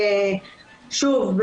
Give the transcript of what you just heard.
שוב,